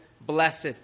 blessed